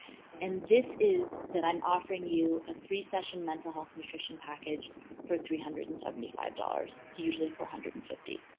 and this is that i'm offering you a three-session mental health nutrition package for three hundred and seventy five dollars. it's usually four hundred and fifty.